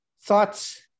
thoughts